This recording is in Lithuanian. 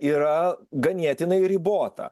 yra ganėtinai ribota